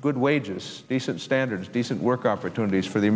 good wages decent standards decent work opportunities for the